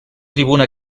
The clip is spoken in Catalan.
tribuna